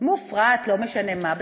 מופרט, לא משנה מה.